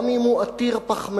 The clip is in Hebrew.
גם אם הוא עתיר פחמימות,